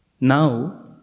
Now